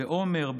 בעומר,